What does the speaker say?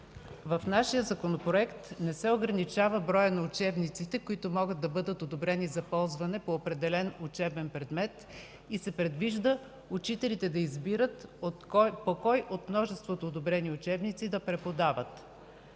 В нашия Законопроект не се ограничава броят на учебниците, които могат да бъдат одобрени за ползване по определен учебен предмет. Предвижда се учителите да избират по кой от множеството одобрени учебници да преподават.